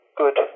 good